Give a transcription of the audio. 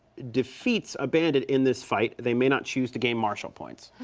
defeats a bandit in this fight, they may not choose to gain marshal points,